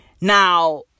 Now